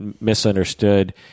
misunderstood